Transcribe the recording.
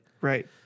Right